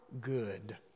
good